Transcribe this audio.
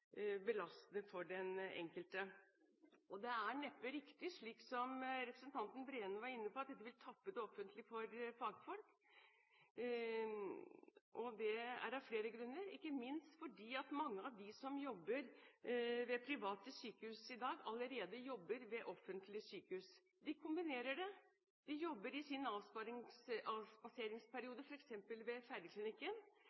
belastende for den enkelte. Det er neppe riktig, slik representanten Breen var inne på, at dette vil tappe det offentlige for fagfolk. Det er av flere grunner, men ikke minst fordi mange av dem som jobber ved private sykehus i dag, allerede jobber ved offentlige sykehus. De kombinerer det – de jobber i sin